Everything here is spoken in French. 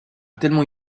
tellement